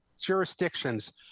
jurisdictions